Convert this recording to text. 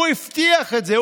הוא הבטיח את זה.